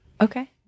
Okay